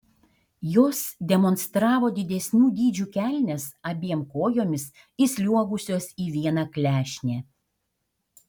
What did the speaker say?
jos demonstravo didesnių dydžių kelnes abiem kojomis įsliuogusios į vieną klešnę